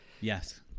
Yes